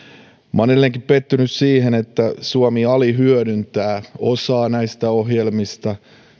olen edelleenkin pettynyt siihen että suomi alihyödyntää osaa näistä ohjelmista